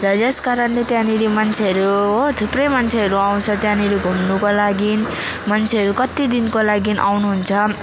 र यस कारणले त्यहाँनेरि मान्छेहरू हो थुप्रै मान्छेहरू आउँछ त्यहाँनेरि घुम्नुको लागि मान्छेहरू कति दिनको लागि आउनु हुन्छ